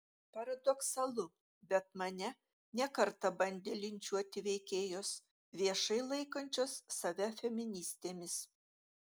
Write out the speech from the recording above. paradoksalu bet mane ne kartą bandė linčiuoti veikėjos viešai laikančios save feministėmis